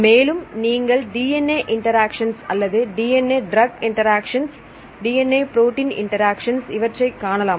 மேலும் நீங்கள் DNA interactions அல்லது DNA drug interactions DNA protein interactions இவற்றைக் காணலாம்